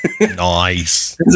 Nice